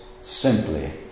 simply